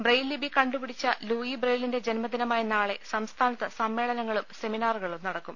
braille ലിപി കണ്ടു പിടിച്ച് ലൂയി ബ്രയിലിന്റെ ജന്മദിനമായ നാളെ സംസ്ഥാനത്ത് സമ്മേളനങ്ങളും സെമിനാറുകളും നടക്കും